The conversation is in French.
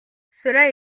cela